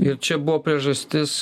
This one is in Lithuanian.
ir čia buvo priežastis